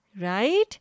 right